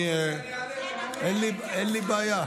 אין לי בעיה.